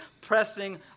pressing